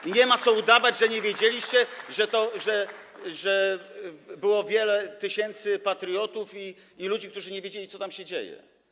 I nie ma co udawać, że nie wiedzieliście i że było wiele tysięcy patriotów, ludzi, którzy nie wiedzieli, co tam się dzieje.